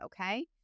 okay